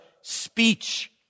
speech